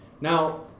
Now